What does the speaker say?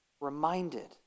Reminded